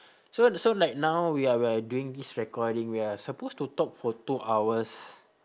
so so like now we are we are doing this recording we are supposed to talk for two hours